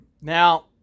now